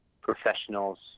professionals